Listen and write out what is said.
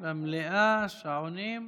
שעונים,